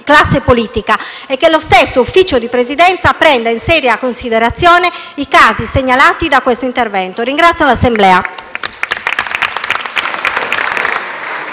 classe politica e che lo stesso Consiglio di Presidenza prenda in seria considerazione i casi segnalati con questo intervento. *(Applausi dal